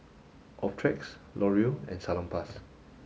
Optrex Laurier and Salonpas